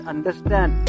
Understand